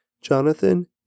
Jonathan